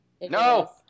No